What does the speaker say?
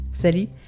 Salut